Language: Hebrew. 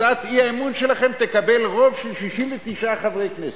הצעת האי-אמון שלכם תקבל רוב של 69 חברי כנסת.